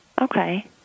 Okay